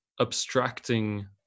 abstracting